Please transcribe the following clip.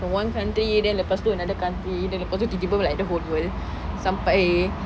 from one country then lepas tu another country then lepas tu tiba-tiba like the whole world sampai